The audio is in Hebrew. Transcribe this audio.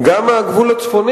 זה לא נכון, זה הזוי.